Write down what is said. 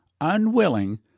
unwilling